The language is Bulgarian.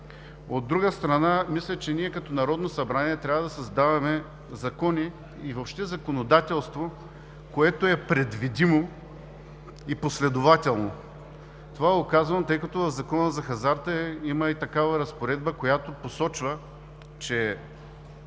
От друга страна, мисля, че като Народно събрание трябва да създаваме закони и въобще законодателство, което е предвидимо и последователно. Казвам това, тъй като в Закона за хазарта има и разпоредба, която посочва, че